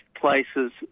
places